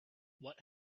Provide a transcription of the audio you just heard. what